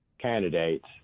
candidates